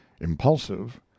impulsive